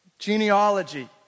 genealogy